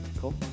Cool